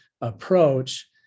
approach